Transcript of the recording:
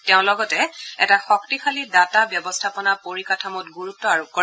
তেওঁ লগতে এটা শক্তিশালী দাতা ব্যৱস্থাপনা পৰিকাঠোমত গুৰুত্ব আৰোপ কৰে